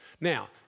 Now